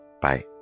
Bye